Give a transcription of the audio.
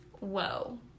whoa